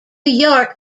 york